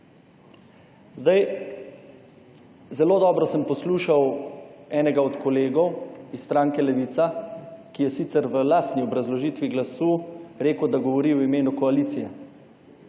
Zelo dobro sem poslušal enega od kolegov iz stranke Levica, ki je sicer v lastni obrazložitvi glasu rekel, da govori v imenu koalicije.